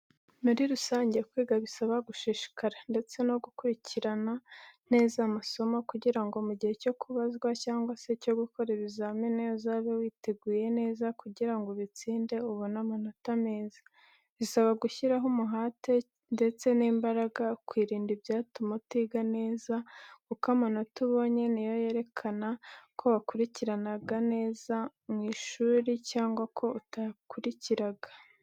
Muri rusange kwiga bisaba gushishikara ndetse no gukurikira neza amasomo kugira ngo mu gihe cyo kubazwa cyangwa se cyo gukora ibizamini uzabe witeguye neza kugira ngo ubitsinde ubone amanota meza. Bisaba gushyiraho umuhati ndetse n'imbaraga ukirinda ibyatuma utiga neza kuko amanota ubonye ni yo yerekana ko wakurikiraga neza mu ishuri cyangwa ko utakurikiraga.